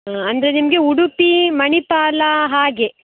ಹಾಂ ಅಂದರೆ ನಿಮಗೆ ಉಡುಪಿ ಮಣಿಪಾಲ ಹಾಗೆ